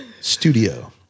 studio